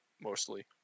mostly